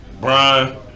Brian